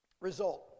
Result